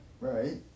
Right